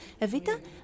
Evita